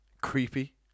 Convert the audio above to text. Creepy